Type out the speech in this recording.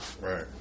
Right